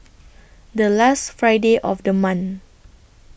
The last Friday of The month